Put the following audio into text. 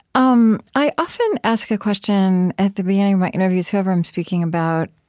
um i often ask a question at the beginning of my interviews, whoever i'm speaking about,